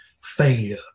failure